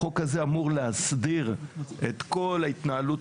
החוק הזה אמור להסדיר את כל ההתנהלות